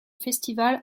festival